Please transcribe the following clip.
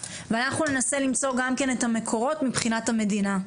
ואנחנו ננסה למצוא גם כן את המקורות מבחינת המדינה.